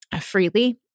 freely